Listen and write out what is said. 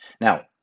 Now